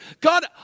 God